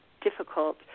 difficult